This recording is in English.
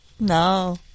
No